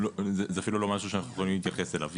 זה אפילו לא משהו שאנחנו יכולים להתייחס אליו.